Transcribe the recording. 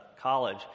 college